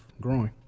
growing